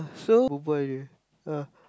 so berbual je ah